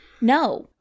No